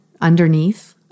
Underneath